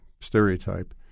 stereotype